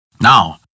Now